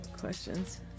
questions